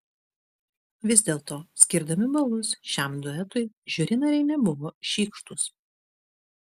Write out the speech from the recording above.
vis dėlto skirdami balus šiam duetui žiuri nariai nebuvo šykštūs